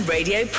Radio